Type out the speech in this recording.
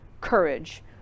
courage